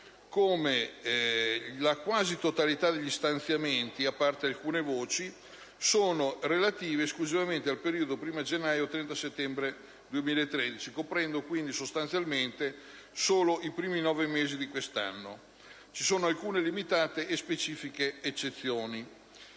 che la quasi totalità degli stanziamenti, a parte alcune voci, è relativa esclusivamente al periodo 1° gennaio - 30 settembre 2013, coprendo quindi sostanzialmente solo i primi nove mesi di quest'anno. Ci sono alcune limitate e specifiche eccezioni.